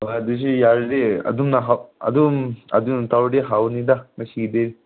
ꯑꯗꯨꯁꯨ ꯌꯥꯔꯗꯤ ꯑꯗꯨꯝꯅ ꯑꯗꯨꯝ ꯑꯗꯨꯅ ꯇꯧꯔꯗꯤ ꯍꯥꯎꯒꯅꯤꯗ ꯉꯁꯤꯗꯤ